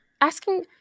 asking